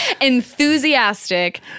Enthusiastic